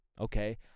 okay